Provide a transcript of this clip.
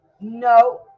No